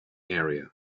area